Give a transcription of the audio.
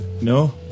No